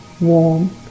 warm